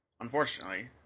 unfortunately